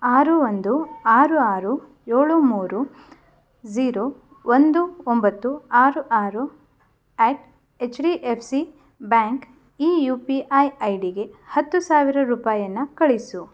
ಆರು ಒಂದು ಆರು ಆರು ಏಳು ಮೂರು ಝೀರೋ ಒಂದು ಒಂಬತ್ತು ಆರು ಆರು at H D F C bank ಈ ಯು ಪಿ ಐ ಐ ಡಿಗೆ ಹತ್ತು ಸಾವಿರ ರೂಪಾಯಿಯನ್ನು ಕಳಿಸು